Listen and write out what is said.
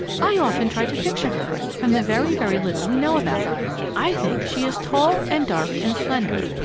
i often try to picture her from the very, very little we know about her. i think she is tall and dark and slender,